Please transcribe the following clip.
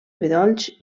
bedolls